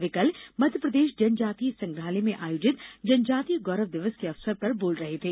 वे कल मध्यप्रदेश जनजातीय संग्रहालय में आयोजित जनजातीय गौरव दिवस के अवसर पर बोल रहे थे